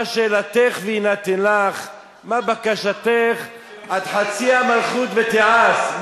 מה שאלתך ויינתן לך מה בקשתך עד חצי המלכות ותיעש,